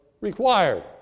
required